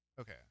Okay